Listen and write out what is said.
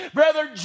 Brother